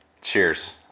Cheers